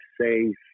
safe